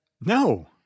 No